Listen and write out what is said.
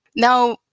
now,